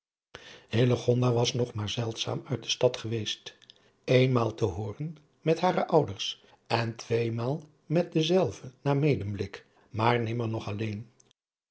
was nog maar zeldzaam uit de adriaan loosjes pzn het leven van hillegonda buisman stad geweest eenmaal te hoorn met hare ouders en tweemaal met dezelve naar medemblik maar nimmer nog alleen